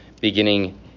beginning